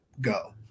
go